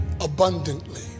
abundantly